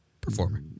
Performer